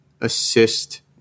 assist